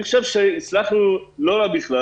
אני חושב שהצלחנו לא רע בכלל.